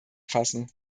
fassen